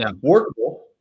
Workable